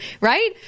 right